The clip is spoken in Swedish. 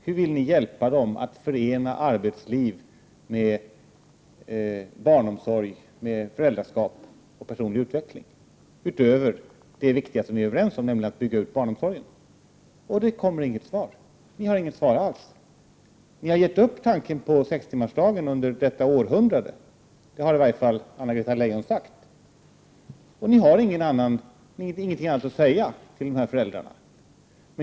Hur vill ni hjälpa dem att förena arbetsliv med barnomsorg, föräldraskap och personlig utveckling, utöver det viktiga som vi är överens om, nämligen att bygga ut barnomsorgen? Det kommer inget svar. Ni har inget svar alls. Ni har gett upp tanken på sextimmarsdagen under detta århundrade — det har i varje fall Anna-Greta Leijon sagt. Ni har ingenting att säga till de här föräldrarna.